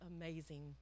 amazing